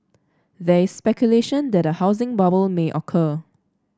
there is speculation that a housing bubble may occur